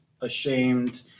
ashamed